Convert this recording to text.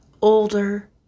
older